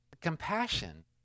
compassion